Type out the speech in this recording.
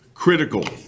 Critical